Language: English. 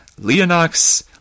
Leonox